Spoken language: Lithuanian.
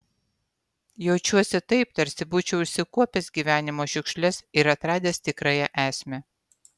jaučiuosi taip tarsi būčiau išsikuopęs gyvenimo šiukšles ir atradęs tikrąją esmę